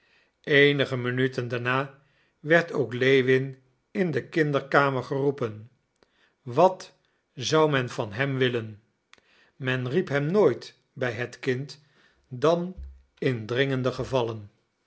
eenige minuten daarna werd ook lewin in de kinderkamer geroepen wat zou men van hem willen men riep hem nooit bij het kind dan in dringende gevallen